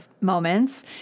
moments